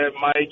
Mike